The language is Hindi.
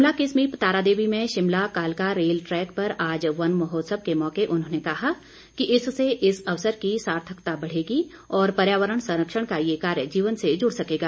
शिमला के समीप तारादेवी में शिमला कालका रेल ट्रैक पर आज वन महोत्सव के मौके उन्होंने कहा कि इससे इस अवसर की सार्थकता बढ़ेगी और पर्यावरण संरक्षण का ये कार्य जीवन से जुड़ सकेगा